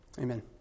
Amen